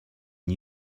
new